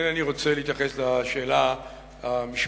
אני אינני רוצה להתייחס לשאלה המשמעתית,